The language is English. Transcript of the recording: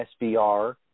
SBR